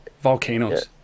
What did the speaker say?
Volcanoes